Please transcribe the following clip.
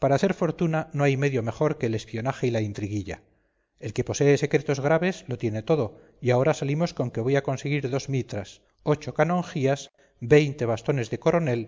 para hacer fortuna no hay medio mejor que el espionaje y la intriguilla el que posee secretos graves lo tiene todo y ahora salimos con que voy a conseguir dos mitras ocho canonjías veinte bastones de coronel